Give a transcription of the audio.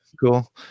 cool